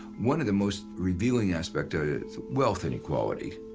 one of the most revealing aspects of wealth inequality,